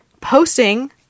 posting